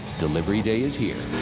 delivery day is here.